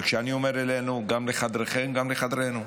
כשאני אומר אלינו, גם לחדריכם, גם לחדרינו.